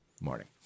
morning